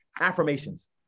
affirmations